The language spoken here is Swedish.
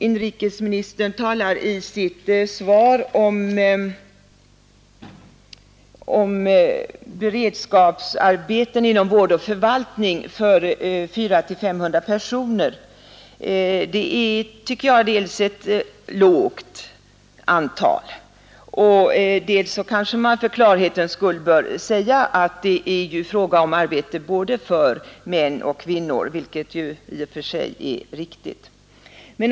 Inrikesministern talar i sitt svar om beredskapsarbeten inom vård och förvaltning för 400—500 personer. Dels är det ett lågt antal, dels kanske man för klarhetens skull bör säga att det är fråga om arbete för både män och kvinnor, vilket i och för sig är riktigt.